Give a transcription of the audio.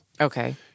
Okay